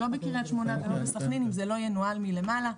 לא בקריית שמונה ולא בסכנין אם זה לא ינוהל מלמעלה.